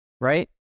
Right